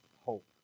hope